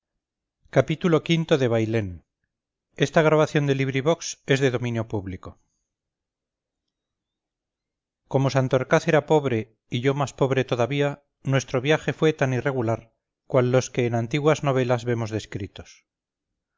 xxiv xxv xxvi xxvii xxviii xxix xxx xxxi xxxii bailén de benito pérez galdós como santorcaz era pobre y yo más pobre todavía nuestro viaje fue tan irregular cual los que en antiguas novelas vemos descritos